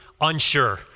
unsure